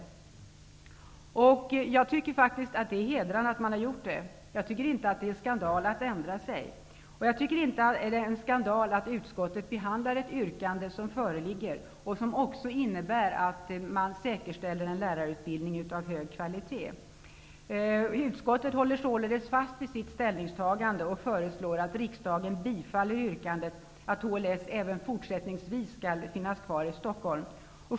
Jag tycker faktiskt att det är hedrande. Jag tycker inte att det är en skandal att ändra sig. Jag tycker inte att det är en skandal att utskottet behandlar ett yrkande som föreligger. Det innebär också att man säkerställer en lärarutbildning av hög kvalitet. Utskottet håller således fast vid sitt ställningstagande och föreslår att riksdagen bifaller yrkandet att HLS även fortsättningsvis skall finnas kvar i Stockholm.